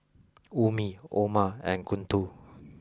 Ummi Omar and Guntur